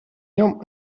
нем